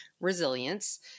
resilience